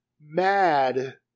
mad